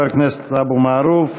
תודה, חבר הכנסת אבו מערוף.